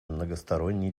многосторонней